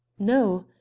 no.